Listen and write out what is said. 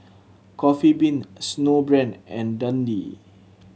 Coffee Bean Snowbrand and Dundee